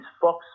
Fox